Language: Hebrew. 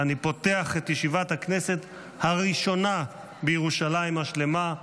אני פותח ישיבת הכנסת הראשונה בירושלים השלמה.